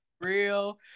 real